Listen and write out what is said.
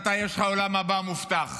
אתה יש לך עולם הבא מובטח,